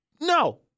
No